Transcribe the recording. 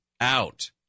out